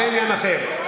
זה עניין אחר.